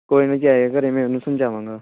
ਕੋਈ ਨਾ ਜੇ ਆਇਆ ਘਰ ਮੈਂ ਉਹਨੂੰ ਸਮਝਾਵਾਂਗਾ